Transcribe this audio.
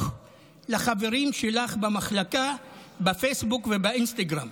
לחברים שלך במחלקה בפייסבוק ובאינסטגרם?